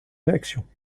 réaction